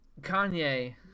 Kanye –